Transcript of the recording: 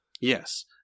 Yes